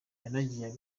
yanagiye